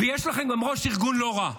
ויש לכם גם ראש ארגון לא רע.